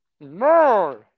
No